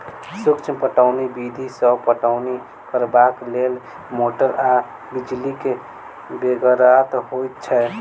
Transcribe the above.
सूक्ष्म पटौनी विधि सॅ पटौनी करबाक लेल मोटर आ बिजलीक बेगरता होइत छै